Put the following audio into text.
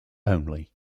only